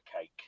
cake